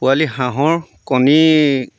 পোৱালি হাঁহৰ কণী